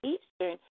Eastern